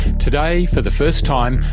today, for the first time,